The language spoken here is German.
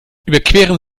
überqueren